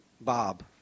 Bob